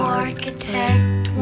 architect